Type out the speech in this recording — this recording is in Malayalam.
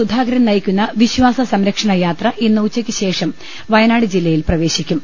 സുധാകരൻ നയിക്കുന്ന വിശ്വാസ സംരക്ഷണ യാത്ര ഇന്ന് ഉച്ചയ്ക്ക്ശേഷം വയനാട് ജില്ലയിൽ പ്രവേശിക്കും